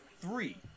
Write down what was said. three